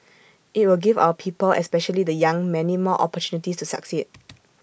IT will give our people especially the young many more opportunities to succeed